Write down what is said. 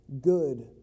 good